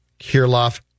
Kirloff